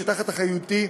שתחת אחריותי,